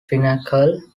pinnacle